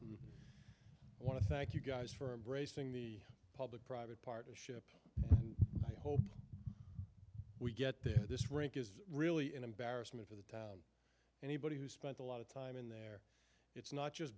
want to thank you guys for bracing the public private partnership and i hope we get this rink is really an embarrassment for the anybody who's spent a lot of time in there it's not just